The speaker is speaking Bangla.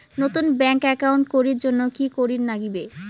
নতুন ব্যাংক একাউন্ট করির জন্যে কি করিব নাগিবে?